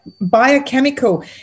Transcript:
biochemical